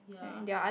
ya